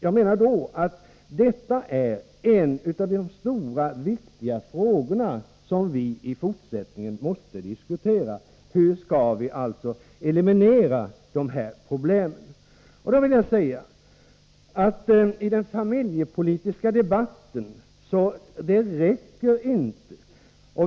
Jag menar att en av de stora och viktiga frågor som vi i fortsättningen måste diskutera är hur vi skall kunna eliminera de här problemen. Men jag vill också säga att vad som hittills gjorts på det familjepolitiska området inte räcker.